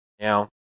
Now